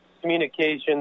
communications